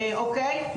אוקיי?